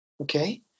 okay